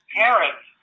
parents